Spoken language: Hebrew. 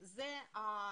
את זה הבנו.